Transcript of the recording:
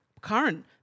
current